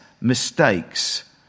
mistakes